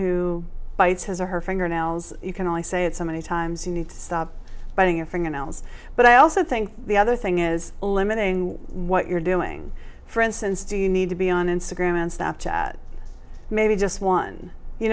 who bites his or her fingernails you can only say it so many times you need to stop biting your fingernails but i also think the other thing is eliminating what you're doing for instance do you need to be on instagram and snap chat maybe just one you